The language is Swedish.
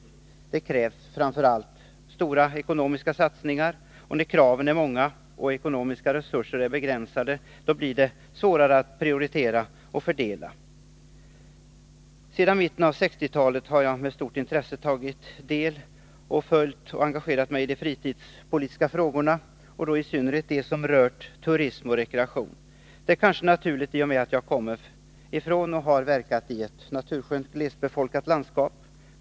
Det krävs framför allt stora ekonomiska satsningar, och när kraven är många och de ekonomiska resurserna begränsade, blir det svårare att prioritera och fördela. Sedan mitten av 1960-talet har jag med stort intresse följt och engagerat mig i de fritidspolitiska frågorna, i synnerhet de som rört turism och rekreation. Det är kanske naturligt, i och med att jag kommer ifrån och har verkat i ett naturskönt, glesbefolkat landskap.